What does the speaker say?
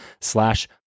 slash